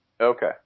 okay